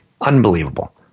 Unbelievable